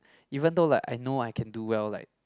even though like I know I can do well like